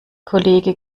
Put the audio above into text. kollege